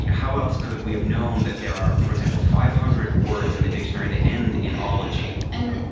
yeah how else could we have known that there are, for example, five hundred words in the dictionary that end in ology? and